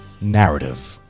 narrative